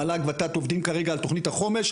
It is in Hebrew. המל"ג-ות"ת עובדים כרגע על תכנית החומש,